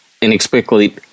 inexplicably